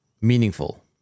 meaningful